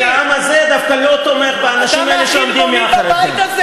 כי העם הזה דווקא לא תומך באנשים האלה שעומדים מאחוריכם.